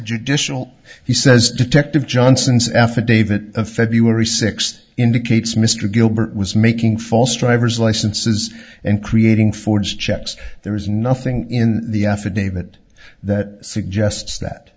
judicial he says detective johnson's affidavit of february sixth indicates mr gilbert was making false driver's licenses and creating fords checks there is nothing in the affidavit that suggests that